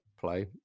play